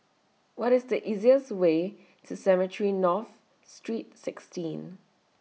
What IS The easiest Way to Cemetry North Street sixteen